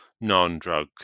non-drug